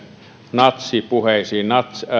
natsipuheisiin